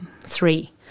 three